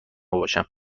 باشم